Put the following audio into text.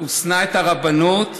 ושנא את הרבנות,